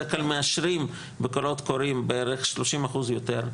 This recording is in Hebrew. בדרך כלל מאשרים בקולות קוראים בערך שלושים אחוז יותר,